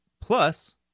plus